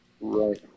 Right